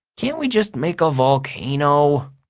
can't we just make a volcano?